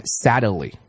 sadly